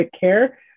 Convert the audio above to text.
care